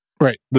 Right